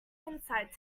insight